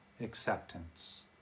acceptance